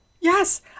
yes